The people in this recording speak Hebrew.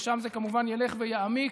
ושם זה כמובן ילך ויעמיק.